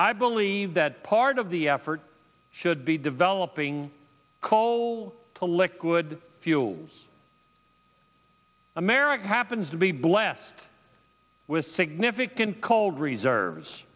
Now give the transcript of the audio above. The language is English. i believe that part of the effort should be developing call collect good fuels america happens to be blessed with significant coal reserves